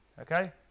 okay